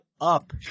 up